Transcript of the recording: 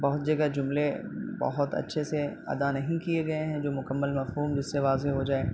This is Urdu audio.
بہت جگہ جملے بہت اچھے سے ادا نہیں کیے گئے ہیں جو مکمل مفہوم جس سے واضح ہوجائے